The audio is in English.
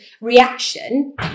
reaction